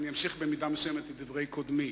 אמשיך במידה מסוימת את דברי קודמי.